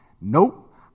Nope